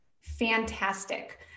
fantastic